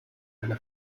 eine